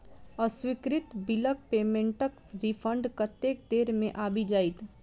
अस्वीकृत बिलक पेमेन्टक रिफन्ड कतेक देर मे आबि जाइत?